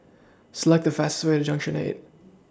Select The fastest Way to Junction eight